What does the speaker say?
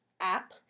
app